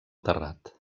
terrat